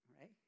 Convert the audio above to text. Right